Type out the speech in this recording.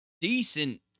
decent